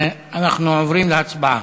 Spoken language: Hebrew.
אנחנו עוברים להצבעה.